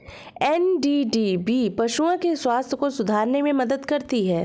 NDDB पशुओं के स्वास्थ्य को सुधारने में मदद करती है